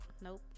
Nope